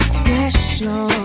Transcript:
special